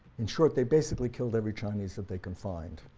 in short, they basically killed every chinese that they could find,